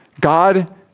God